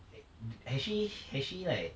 ha~ has she has she like